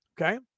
okay